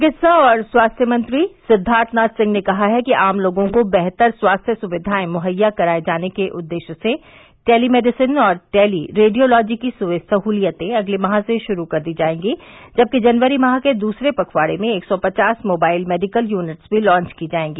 चिकित्सा और स्वास्थ्य मंत्री सिद्वार्थनाथ सिंह ने कहा है कि आम लोगों को बेहतर स्वास्थ्य सुविधाएं मुहैया कराये जाने के उद्देश्य से टेली मेडिसिन और टेली रेडियोलॉजी की सह्लियतें अगले माह से शुरू कर दी जायेंगी जबकि जनवरी माह के दूसरे पखवाड़े में एक सौ पचास मोबाइल मेडिकल यूनिट्स भी लांच की जायेगी